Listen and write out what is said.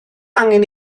angen